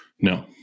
no